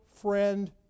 Friend